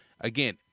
again